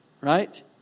Right